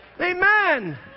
Amen